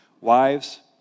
Wives